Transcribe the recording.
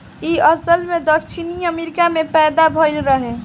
इ असल में दक्षिण अमेरिका में पैदा भइल रहे